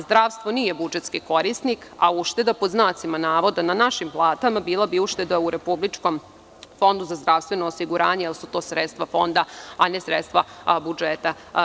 Zdravstvo nije budžetski korisnik, a „ušteda na našim platama bila bi ušteda u Republičkom fondu za zdravstveno osiguranje, jer su to sredstva Fonda, a ne sredstva budžeta“